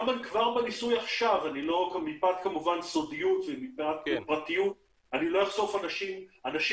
כבר בניסוי עכשיו מפאת סודיות ומפאת פרטיות לא אחשוף אנשים